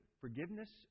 forgiveness